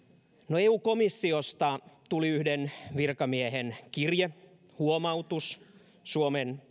no eu komissiosta tuli yhden virkamiehen kirje huomautus suomen